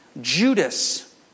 Judas